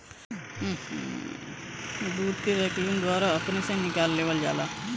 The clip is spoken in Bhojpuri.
दूध के वैक्यूम द्वारा अपने से निकाल लेवल जाला